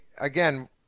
again